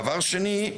דבר שני,